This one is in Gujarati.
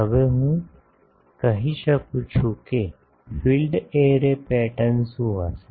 હવે હું કહી શકું છું કે ફીલ્ડ એરે પેટર્ન શું હશે